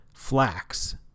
flax